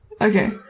Okay